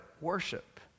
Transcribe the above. worship